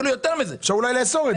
אפשר לאסור את זה.